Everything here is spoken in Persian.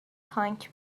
تانک